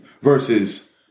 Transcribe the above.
Versus